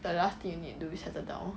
the last thing you need to do is settle down